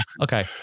okay